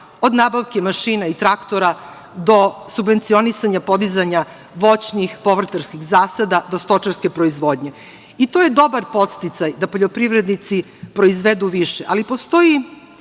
od nabavke mašina i traktora do subvencionisanja podizanja voćnih, povrtarskih zasada do stočarske proizvodnje. To je dobar podsticaj da poljoprivrednici proizvedu više, ali postoji